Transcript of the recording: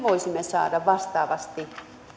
voisimme saada vastaavasti